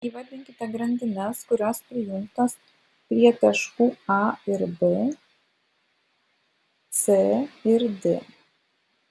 įvardykite grandines kurios prijungtos prie taškų a ir b c ir d